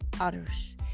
others